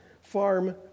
Farm